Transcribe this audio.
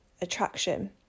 attraction